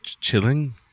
Chilling